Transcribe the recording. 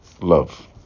love